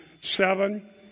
seven